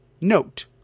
Note